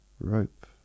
Rope